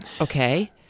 Okay